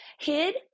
hid